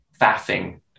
faffing